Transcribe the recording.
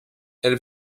elles